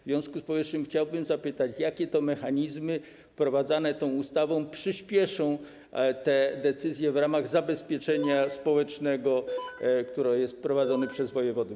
W związku z powyższym chciałbym zapytać, jakie to mechanizmy wprowadzane tą ustawą przyspieszą te decyzje w ramach zabezpieczenia społecznego, które jest prowadzone przez wojewodę.